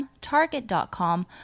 Target.com